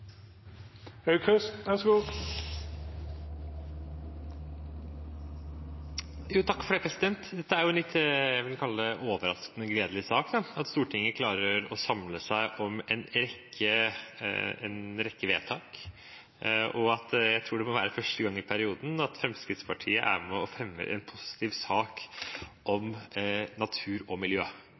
Dette er en litt overraskende og gledelig sak at Stortinget klarer å samle seg om en rekke vedtak. Jeg tror det må være første gang i perioden at Fremskrittspartiet er med på å fremme en positiv sak om natur og miljø.